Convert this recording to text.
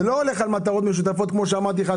זה לא הולך על מטרות משותפות כמו שאמרתי לך.